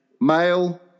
Male